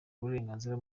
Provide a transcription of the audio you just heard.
uburenganzira